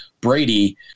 Brady